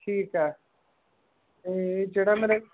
ਠੀਕ ਹੈ ਅਤੇ ਜਿਹੜਾ ਮੇਰਾ